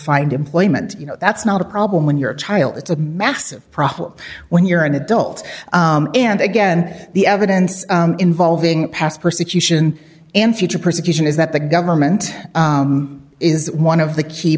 find employment you know that's not a problem when you're a child it's a massive problem when you're an adult and again the evidence involving past persecution and future persecution is that the government is one of the key